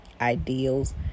ideals